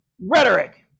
rhetoric